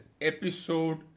episode